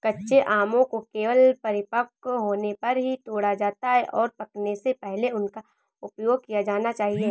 कच्चे आमों को केवल परिपक्व होने पर ही तोड़ा जाता है, और पकने से पहले उनका उपयोग किया जाना चाहिए